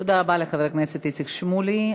תודה רבה לחבר הכנסת איציק שמולי.